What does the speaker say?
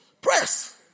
press